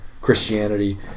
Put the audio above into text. Christianity